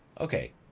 Okay